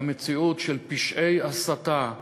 שהמציאות של פשעי הסתה,